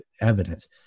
evidence